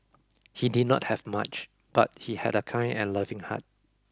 he did not have much but he had a kind and loving heart